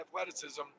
athleticism